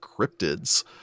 cryptids